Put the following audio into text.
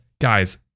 Guys